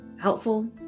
helpful